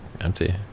empty